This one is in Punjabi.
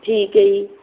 ਠੀਕ ਹੈ ਜੀ